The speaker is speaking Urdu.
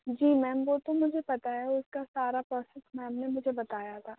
جی میم وہ تو مجھے پتا ہے اُس کا سارا پروسس میم نے مجھے بتایا تھا